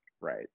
right